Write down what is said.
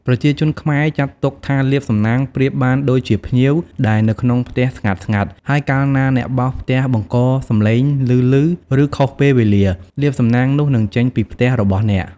ប្រជាជនខ្មែរចាត់ទុកថាលាភសំណាងប្រៀបបានដូចជាភ្ញៀវដែលនៅក្នុងផ្ទះស្ងាត់ៗ ហើយកាលណាអ្នកបោសផ្ទះបង្កសំឡេងឮៗ ឬ ខុសពេលវេលា លាភសំណាងនោះនឹងចេញពីផ្ទះរបស់អ្នក។